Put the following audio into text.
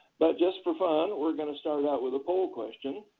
but just for fun, we're going to start out with a poll question.